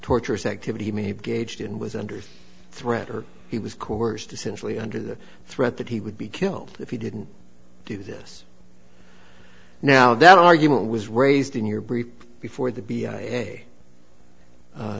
tortures activity may have gauged and was under threat or he was coerced essentially under the threat that he would be killed if he didn't do this now that argument was raised in your brief before the